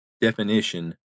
definition